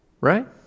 right